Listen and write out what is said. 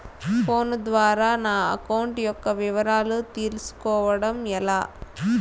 Phone ద్వారా నా account యొక్క వివరాలు తెలుస్కోవడం ఎలా?